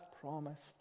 promised